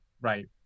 Right